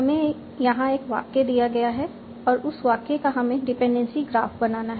हमें यहां एक वाक्य दिया गया है और उस वाक्य का हमें डिपेंडेंसी ग्राफ बनाना है